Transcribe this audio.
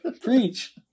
Preach